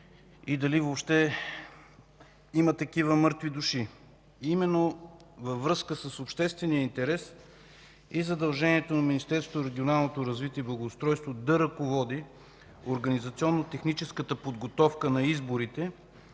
и дали въобще има такива „мъртви души”. Във връзка с обществения интерес и задължението на Министерство на регионалното развитие и благоустройството да ръководи организационно-техническата подготовка на изборите,